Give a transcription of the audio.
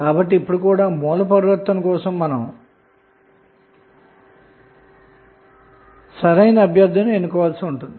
కాబట్టి ఇప్పుడు source transformation కోసం సరైన అభ్యర్థిని ఎన్నుకోవాల్సి ఉంటుంది